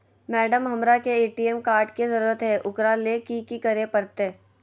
Madam, हमरा के ATM card के जरूरत है ऊकरा ले की की करे परते?